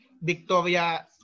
Victoria